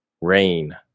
Rain